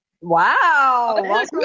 Wow